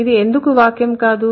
ఇది ఎందుకు వాక్యం కాదు